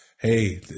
Hey